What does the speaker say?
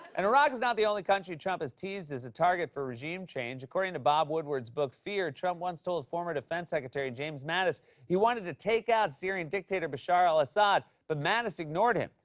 and iraq is not the only country trump has teased as a target for regime change. according to bob woodward's book fear, trump once told former defense secretary james mattis he wanted to take out syrian dictator bashar al-assad, but mattis ignored him.